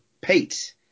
Pete